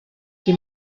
qui